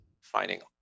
finding